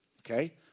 okay